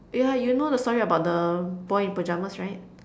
yeah you know the story about the boy in pyjamas right